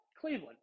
Cleveland